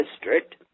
district